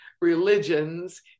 religions